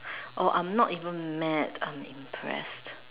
oh I'm not even mad I'm impressed